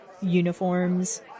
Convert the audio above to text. uniforms